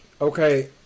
okay